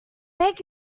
beg